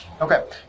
Okay